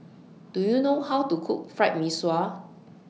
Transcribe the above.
Do YOU know How to Cook Fried Mee Sua